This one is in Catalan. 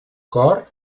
cor